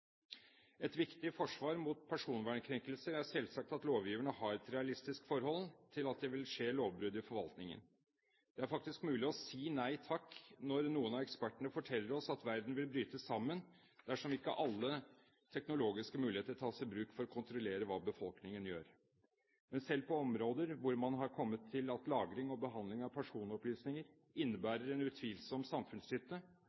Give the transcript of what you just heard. Et viktig forsvar mot personvernkrenkelser er selvsagt at lovgiverne har et realistisk forhold til at det vil skje lovbrudd i forvaltningen. Det er faktisk mulig å si nei takk når noen av ekspertene forteller oss at verden vil bryte sammen dersom ikke alle teknologiske muligheter tas i bruk for å kontrollere hva befolkningen gjør. Men selv på områder hvor man har kommet til at lagring og behandling av personopplysninger